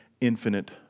infinite